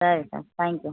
சரி sir thank you